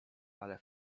ale